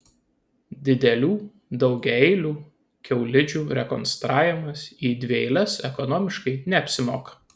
didelių daugiaeilių kiaulidžių rekonstravimas į dvieiles ekonomiškai neapsimoka